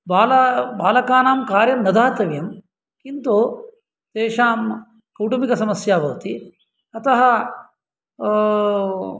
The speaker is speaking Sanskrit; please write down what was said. बाल बालकानां कार्यं न दातव्यं किन्तु तेषां कुटुम्बिकसमस्या भवति अतः